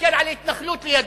ותסתכל על התנחלות לידו.